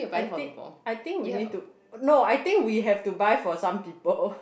I think I think we need to no I think we have to buy for some people